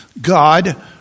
God